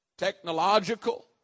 technological